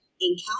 encounter